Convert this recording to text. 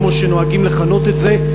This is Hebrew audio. כמו שנוהגים לכנות את זה,